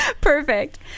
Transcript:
Perfect